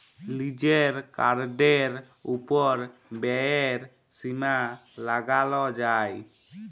লিজের কার্ডের ওপর ব্যয়ের সীমা লাগাল যায়